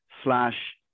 slash